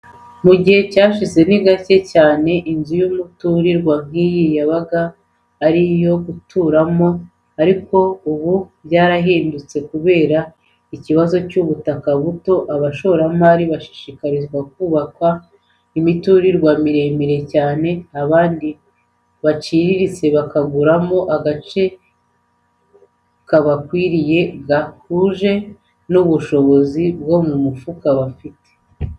Mu gihe cyashize, ni gake cyane inzu y'umuturirwa nk'iyi yabaga ari iyo guturamo ariko ubu byarahindutse cyane kubera ikibazo cy'ubutaka buto; abashoramari barashishikarizwa kubaka imiturirwa miremire cyane, abandi baciriritse bakaguramo agace kabakwiriye, gahuje n'ubushobozi bwo mu mufuka bafite.